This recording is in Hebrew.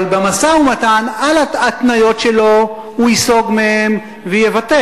אבל במשא-ומתן על ההתניות שלו הוא ייסוג מהן ויוותר,